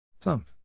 Thump